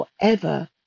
forever